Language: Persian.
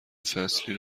فصلی